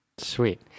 Sweet